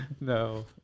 No